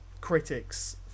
critics